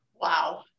Wow